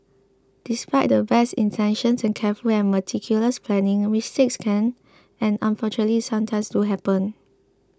despite the best intentions and careful and meticulous planning mistakes can and unfortunately sometimes do happen